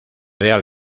real